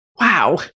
Wow